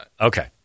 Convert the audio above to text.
Okay